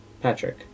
Patrick